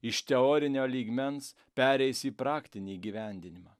iš teorinio lygmens pereis į praktinį įgyvendinimą